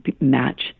match